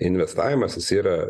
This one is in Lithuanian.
investavimas jis yra